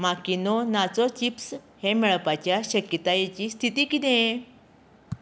Makino nacho chips हें मेळपाच्या शक्यतायेची स्थिती कितें